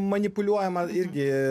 manipuliuojama irgi